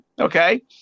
okay